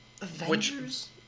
Avengers